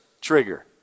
trigger